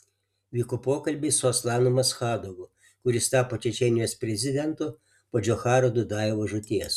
vyko pokalbiai su aslanu maschadovu kuris tapo čečėnijos prezidentu po džocharo dudajevo žūties